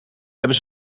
hebben